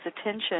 attention